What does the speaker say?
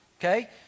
okay